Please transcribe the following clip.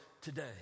today